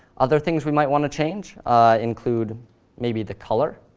other things we might want to change include maybe the color.